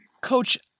Coach